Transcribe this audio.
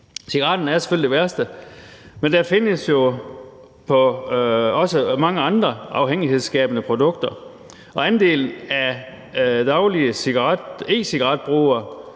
Cigaretter er selvfølgelig det værste, men der findes jo også mange andre afhængighedsskabende produkter. Og andelen af daglige e-cigaretbrugere